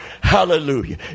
Hallelujah